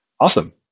Awesome